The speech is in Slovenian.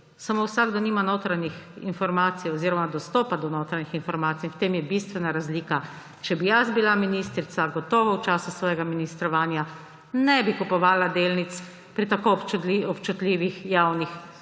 samo vsakdo nima notranjih informacij oziroma dostopa do notranjih informacij in v tem je bistvena razlika. Če bi jaz bila ministrica, gotovo v času svojega ministrovanja ne bi kupovala delnic pri tako občutljivih javnih